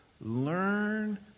Learn